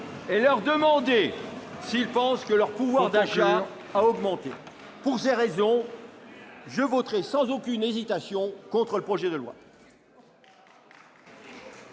et leur demander s'ils pensent que leur pouvoir d'achat a augmenté ! Concluez ! Pour toutes ces raisons, je voterai sans aucune hésitation contre ce projet de loi.